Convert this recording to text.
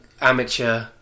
amateur